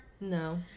No